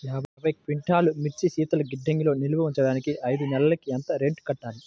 యాభై క్వింటాల్లు మిర్చి శీతల గిడ్డంగిలో నిల్వ ఉంచటానికి ఐదు నెలలకి ఎంత రెంట్ కట్టాలి?